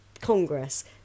Congress